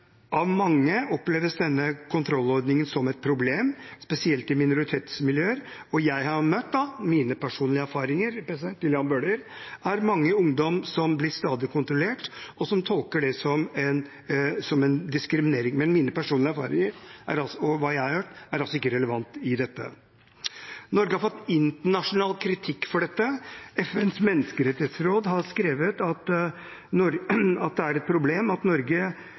Av mange oppleves denne kontrollordningen som et problem, spesielt i minoritetsmiljøer, og jeg har møtt – det er mine personlige erfaringer, til Jan Bøhler – mange ungdom som stadig blir kontrollert, og som tolker det som en diskriminering. Men mine personlige erfaringer og hva jeg har hørt, er altså ikke relevant i dette. Norge har fått internasjonal kritikk for dette. FNs menneskerettighetsråd har skrevet at det er et problem at Norge